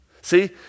See